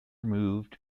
moved